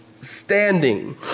standing